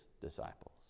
disciples